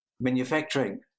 manufacturing